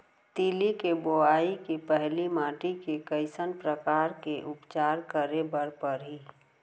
तिलि के बोआई के पहिली माटी के कइसन प्रकार के उपचार करे बर परही?